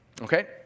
Okay